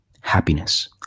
happiness